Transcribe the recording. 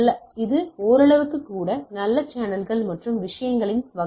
இது ஓரளவுக்கு கூட நல்ல சேனல்கள் மற்றும் விஷயங்களின் வகை அல்ல